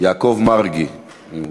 יעקב מרגי.